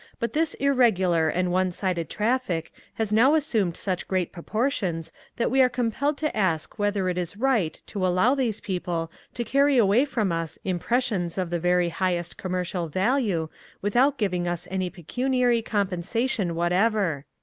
but this irregular and one-sided traffic has now assumed such great proportions that we are compelled to ask whether it is right to allow these people to carry away from us impressions of the very highest commercial value without giving us any pecuniary compensation whatever.